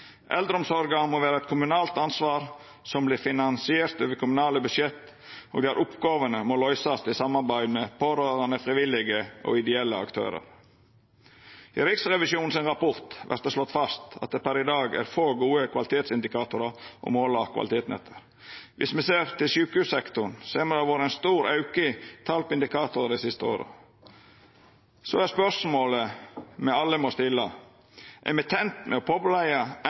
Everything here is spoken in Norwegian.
Eldreomsorga må vera eit kommunalt ansvar som vert finansiert over kommunale budsjett, og der oppgåvene må løysast i samarbeid med pårørande, frivillige og ideelle aktørar. I Riksrevisjonens rapport vert det slått fast at det per i dag er få gode kvalitetsindikatorar å måla kvaliteten etter. Viss me ser til sjukehussektoren, ser me at det har vore ein stor auke